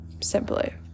simply